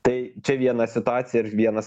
tai čia viena situacija ir vienas